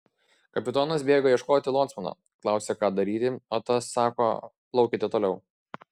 kapitonas bėga ieškoti locmano klausia ką daryti o tas sako plaukite toliau